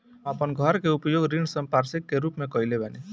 हम अपन घर के उपयोग ऋण संपार्श्विक के रूप में कईले बानी